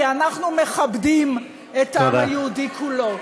כי אנחנו מכבדים את העם היהודי כולו.